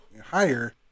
higher